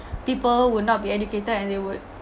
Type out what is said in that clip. people will not be educated and they would